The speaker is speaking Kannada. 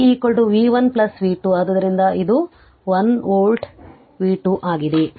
v v 1 ಪ್ಲಸ್ v 2 ಆದ್ದರಿಂದ ಇದು 1 ವೋಲ್ಟೇಜ್ v 2 ಆಗಿದೆ